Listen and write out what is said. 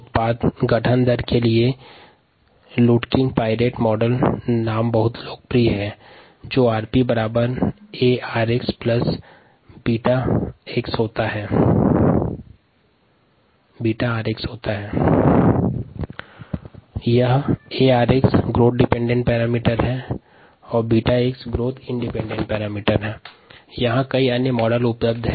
उत्पाद निर्माण दर के लिए लेडकिंग पाईरेट मॉडल लोकप्रिय है जिसे 𝑟𝑝 𝛼 𝑟𝑥 𝛽𝑥 से दर्शाते है 𝛼𝑟𝑥 ग्रोथ इंडिपेंडेंट पैरामीटर और 𝛽𝑥 ग्रोथ इंडिपेंडेंट पैरामीटर हैं